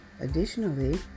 Additionally